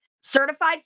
Certified